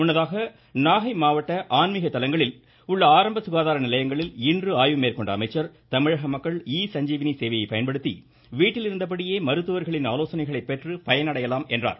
முன்னதாக நாகை மாவட்ட ஆன்மீக தலங்களில் உள்ள ஆரம்ப சுகாதார நிலையங்களில் இன்று ஆய்வு மேற்கொண்ட அமைச்சர் தமிழக மக்கள் இ சஞ்சீவி சேவையை பயன்படுத்தி வீட்டிலிருந்தபடியே மருத்துவர்களின் ஆலோசனைகளைப் பெற்று பயனடையலாம் என்றார்